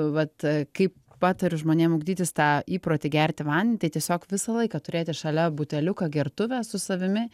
vat kaip patariu žmonėm ugdytis tą įprotį gerti vandenį tai tiesiog visą laiką turėti šalia buteliuka gertuvę su savimi